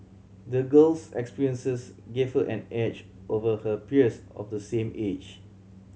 the girl's experiences gave her an edge over her peers of the same age